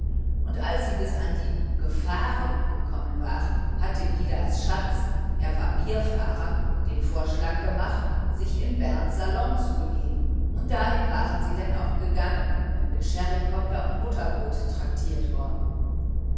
und als sie bis an die gefahren gekommen waren hatte idas schatz er war bierfahrer den vorschlag gemacht sich in berns salon zu begeben und dahin waren sie denn auch gegangen und mit sherry kobbler und butterbrot traktiert worden